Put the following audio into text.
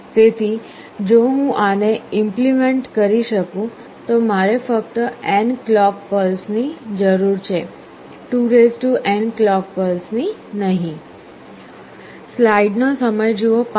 તેથી જો હું આને ઈમપ્લેમેન્ટ કરી શકું તો મારે ફક્ત n ક્લૉક પલ્સની જરૂર છે 2n ક્લૉક પલ્સની નહીં